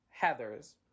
Heather's